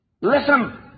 Listen